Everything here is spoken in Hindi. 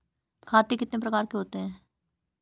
खाते कितने प्रकार के होते हैं?